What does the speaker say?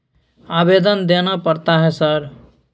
आवेदन देना पड़ता है सर?